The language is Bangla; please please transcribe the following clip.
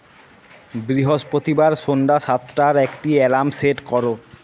বৃহস্পতিবার সন্ধ্যা সাতটার একটি অ্যালার্ম সেট করো